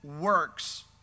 works